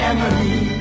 Emily